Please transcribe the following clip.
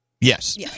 Yes